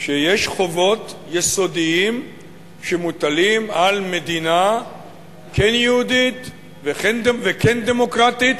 שיש חובות יסודיות שמוטלות על מדינה כן יהודית וכן דמוקרטית,